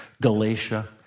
Galatia